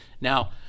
Now